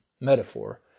metaphor